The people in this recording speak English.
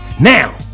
now